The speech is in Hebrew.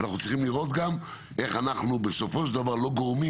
אנחנו צריכים לראות גם איך אנחנו בסופו של דבר לא גורמים